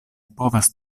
povas